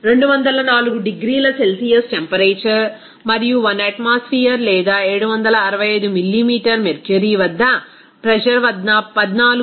refer slide టైం4126 204 డిగ్రీల Celsius temperature మరియు 1 అట్మాస్ఫియర్ లేదా 765 మిల్లీమీటర్ మెర్క్యురీ వద్ద ప్రెజర్ వద్ద 14